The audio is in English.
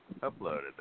uploaded